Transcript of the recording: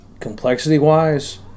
Complexity-wise